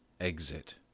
Exit